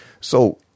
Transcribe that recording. So-